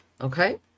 okay